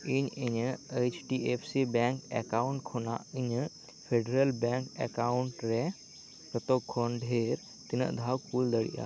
ᱤᱧ ᱤᱧᱟᱹᱜ H D F C bank account ᱠᱷᱳᱱᱟᱜ ᱤᱧᱟᱹᱜ ᱯᱷᱮᱰᱮᱨᱮᱞ ᱵᱮᱝᱠ ᱮᱠᱟᱣᱩᱱᱴ ᱨᱮ ᱡᱚᱛᱚ ᱠᱷᱚᱱ ᱰᱷᱮᱨ ᱛᱤᱱᱟᱹᱜ ᱫᱷᱟᱣ ᱠᱩᱞ ᱫᱟᱲᱤᱭᱟᱜᱼᱟ